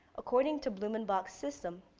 according to blumenbach's system,